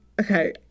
okay